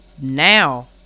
Now